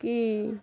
କି